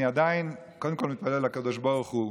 אני קודם כול מתפלל לקדוש ברוך הוא,